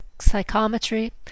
psychometry